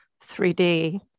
3D